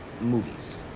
movies